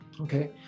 okay